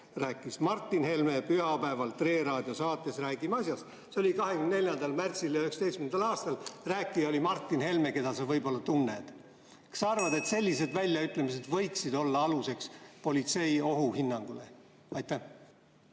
rääkis Martin Helme TRE Raadio saates "Räägime asjast" 24. märtsil 2019. aastal. Rääkija oli Martin Helme, keda sa võib‑olla tunned. Kas sa arvad, et sellised väljaütlemised võiksid olla aluseks politsei ohuhinnangule? Aitäh!